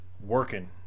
working